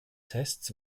tests